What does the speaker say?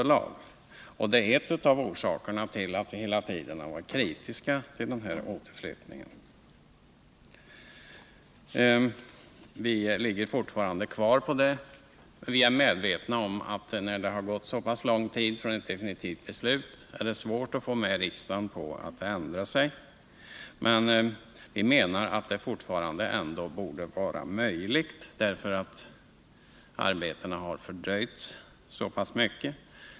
Det är en av orsakerna till att vi hela tiden har varit kritiska till återflyttningen, och vi står fortfarande fast vid denna inställning. Vi är medvetna om att det när det nu har förflutit så pass lång tid efter ett definitivt beslut är svårt att få riksdagen att gå med på en ändring. Vi menar ändock att det fortfarande borde vara möjligt, eftersom arbetena har fördröjts så pass mycket.